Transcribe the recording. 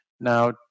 Now